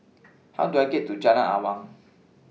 How Do I get to Jalan Awang